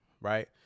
right